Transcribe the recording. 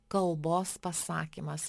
kalbos pasakymas